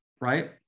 right